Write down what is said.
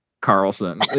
Carlson